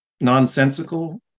nonsensical